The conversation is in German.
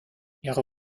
ihre